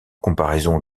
comparaison